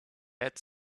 had